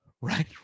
right